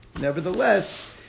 Nevertheless